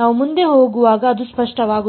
ನಾವು ಮುಂದೆ ಹೋಗುವಾಗ ಇದು ಸ್ಪಷ್ಟವಾಗುತ್ತದೆ